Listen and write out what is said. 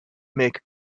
make